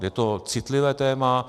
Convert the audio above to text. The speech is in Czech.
Je to citlivé téma.